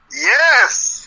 yes